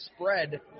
spread